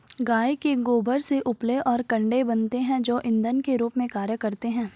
गाय के गोबर से उपले और कंडे बनते हैं जो इंधन के रूप में कार्य करते हैं